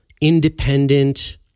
independent